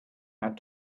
had